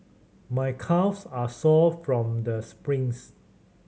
my calves are sore from the sprints